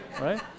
right